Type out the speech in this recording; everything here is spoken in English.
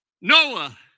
Noah